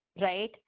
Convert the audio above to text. right